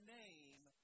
name